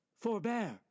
forbear